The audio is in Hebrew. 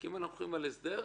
אם אנחנו הולכים על הסדר,